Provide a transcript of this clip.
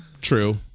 true